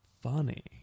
funny